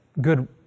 good